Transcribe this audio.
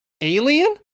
Alien